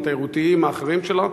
התיירותיים והאחרים שלה,